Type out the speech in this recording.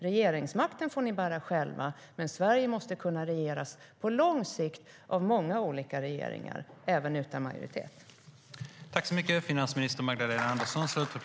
Regeringsmakten får ni bära själva, men Sverige måste kunna regeras på lång sikt av många olika regeringar, även utan majoritet.